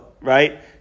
right